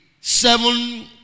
seven